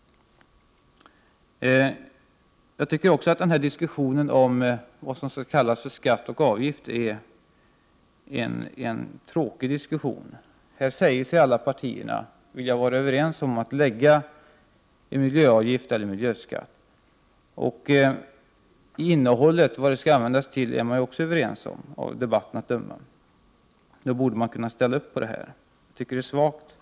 Jag tycker också att diskussionen om vad som skall kallas skatt och vad som skall kallas avgift är tråkig. Alla partier säger sig vara överens om att införa en miljöavgift eller en miljöskatt. Även innehållet och vad pengarna skall användas till är partierna överens om av debatten att döma. Då borde alla partier kunna ställa sig bakom detta. Jag tycker att det är svagt av Prot.